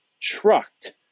trucked